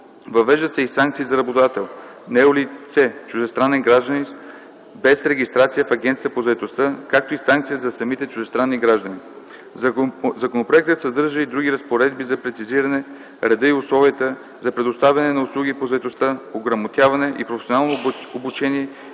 Въвеждат се и санкции за работодател, наел лице чуждестранен гражданин без регистрация в Агенцията по заетостта, както и санкция за самите чуждестранни граждани. Законопроектът съдържа и други разпоредби за прецизиране реда и условията за предоставяне на услуги по заетостта, ограмотяване и професионално обучение